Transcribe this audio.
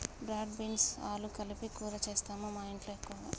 broad beans ఆలు కలిపి కూర చేస్తాము మాఇంట్లో ఎక్కువగా